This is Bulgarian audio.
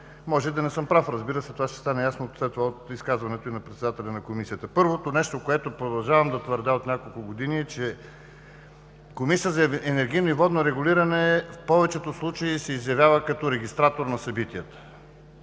Може и да не съм прав, разбира се, това ще стане ясно след това от изказването и на председателя на Комисията. Първото нещо, което продължавам да твърдя от няколко години е, че Комисията за енергийно и водно регулиране в повечето случаи се изявява като регистратор на събитията,